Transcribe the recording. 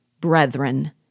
Brethren